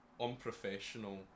unprofessional